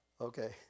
Okay